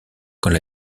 quand